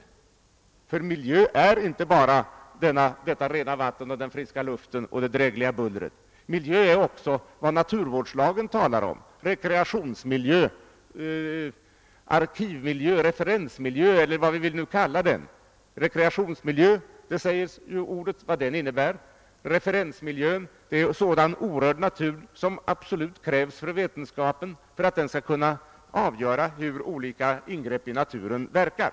Begreppet »miljö« avser ju inte bara rent vatten, frisk luft och drägligt buller utan även det som behandlas i naturvårdslagen, nämligen rekreationsmiljö och arkiveller referensmiljö. Vad uttrycket >rekreationsmiljö> innebär framgår av benämningen. Referensmiljön är sådan orörd natur som är nödvändig för att vetenskapsmännen skall kunna avgöra hur olika ingrepp i naturen verkar.